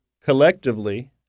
collectively